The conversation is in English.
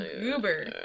Uber